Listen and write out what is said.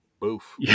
boof